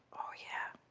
oh, yeah.